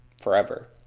forever